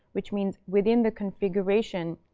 which means within the configuration